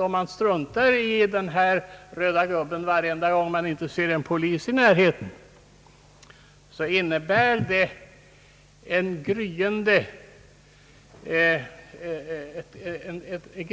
Om man struntar i denna röda gubbe varenda gång man inte ser en polis i närheten, innebär det